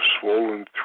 swollen